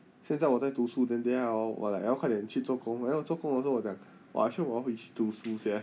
现在我在读书 then 等一下 orh like 要快点去做工然后做工的时候哇 actually 我要回去读书 sia